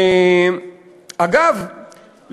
אגב,